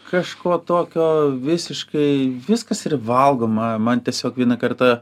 kažko tokio visiškai viskas yra valgoma man tiesiog vieną kartą